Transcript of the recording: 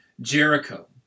Jericho